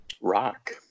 Rock